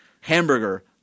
hamburger